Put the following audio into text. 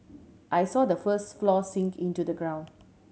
I saw the first floor sink into the ground